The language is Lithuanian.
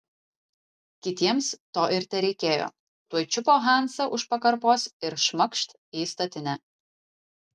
kitiems to ir tereikėjo tuoj čiupo hansą už pakarpos ir šmakšt į statinę